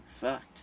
fucked